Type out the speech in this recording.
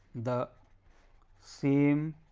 the same